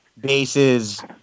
base's